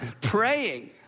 praying